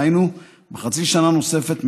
דהיינו בחצי שנה נוספת,